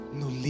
no